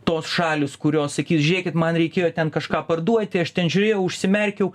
tos šalys kurios sakys žiūrėkit man reikėjo ten kažką parduoti aš ten žiūrėjau užsimerkiau